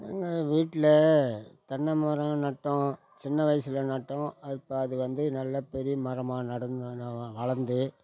நாங்கள் வீட்டில் தென்னை மரம் நட்டோம் சின்ன வயசில் நட்டோம் அது இப்போ அது வந்து நல்ல பெரிய மரமாக நடந்து வளந்து